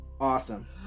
Awesome